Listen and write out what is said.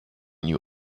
new